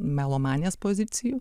melomanės pozicijų